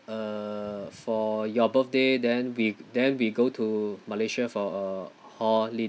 uh for your birthday then we then we go to malaysia for a holiday